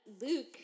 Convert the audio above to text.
Luke